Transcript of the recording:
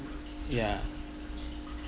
ya